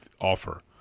offer